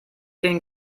den